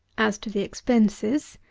as to the expenses,